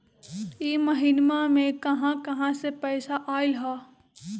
इह महिनमा मे कहा कहा से पैसा आईल ह?